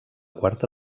quarta